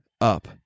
up